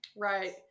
Right